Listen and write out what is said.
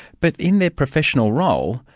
but in their professional role,